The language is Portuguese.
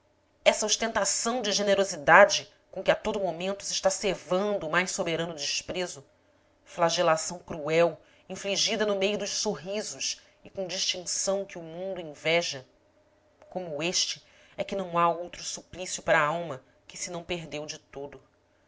essa ostentação de generosidade com que a todo o momento se está cevando o mais soberano desprezo flagelação cruel infligida no meio dos sorrisos e com distinção que o mundo inveja como este é que não há outro suplício para a alma que se não perdeu de todo